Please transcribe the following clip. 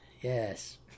yes